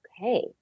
Okay